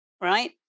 right